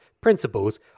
principles